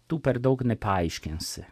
tu per daug nepaaiškinsi